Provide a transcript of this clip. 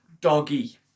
doggy